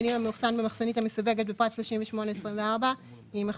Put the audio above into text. המילים "המאוכסן במחסנית המסווגת בפרט 38.24" יימחקו,